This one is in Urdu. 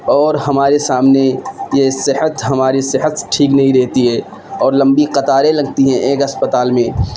اور ہمارے سامنے یہ صحت ہماری صحت ٹھیک نہیں رہتی ہے اور لمبی قطاریں لگتی ہیں ایک اسپتال میں